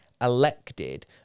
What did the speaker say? elected